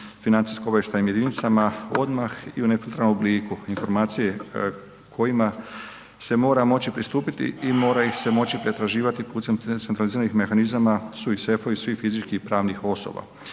financijsko-obavještajnim jedinicama odmah i u … obliku, informacije kojima se mora moći pristupiti i mora ih se moći pretraživati putem centraliziranih mehanizama su i sefovi svih fizičkih i pravnih osoba.